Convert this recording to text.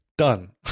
done